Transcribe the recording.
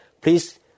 please